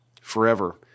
forever